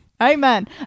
amen